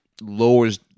lowers